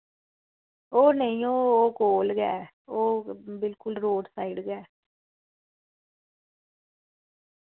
ओह् नेईं ओह् कोल गै ऐ ओह् बिलकुल रोड़ साइड गै